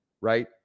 right